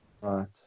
Right